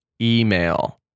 email